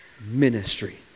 ministry